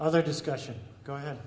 other discussion go ahead